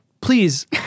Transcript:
please